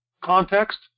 context